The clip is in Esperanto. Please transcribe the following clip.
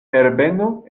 herbeno